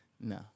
No